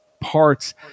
parts